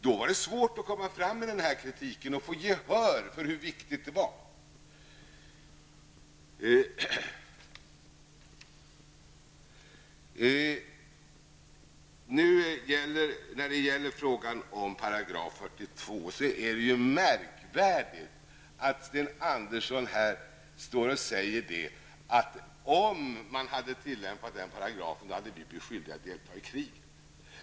Då var det svårt att komma fram med den här kritiken och få gehör för hur viktig den var. Sedan vill jag säga att det är märkvärdigt att Sten Andersson här står och säger att om man hade tillämpat § 42, hade vi blivit skyldiga att delta i kriget.